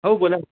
हो बोला